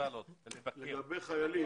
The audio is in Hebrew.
לגבי חיילים